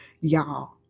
Y'all